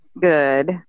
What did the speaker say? good